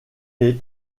est